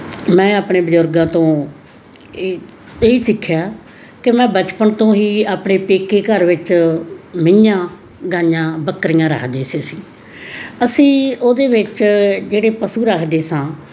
ਮੈਂ ਆਪਣੇ ਬਜ਼ੁਰਗਾਂ ਤੋਂ ਇਹ ਸਿੱਖਿਆ ਕਿ ਮੈਂ ਬਚਪਨ ਤੋਂ ਹੀ ਆਪਣੇ ਪੇਕੇ ਘਰ ਵਿੱਚ ਮਹੀਆਂ ਗਾਂਈਆਂ ਬੱਕਰੀਆਂ ਰੱਖਦੇ ਸੀ ਅਸੀਂ ਅਸੀਂ ਉਹਦੇ ਵਿੱਚ ਜਿਹੜੇ ਪਸ਼ੂ ਰੱਖਦੇ ਸਾਂ